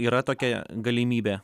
yra tokia galimybė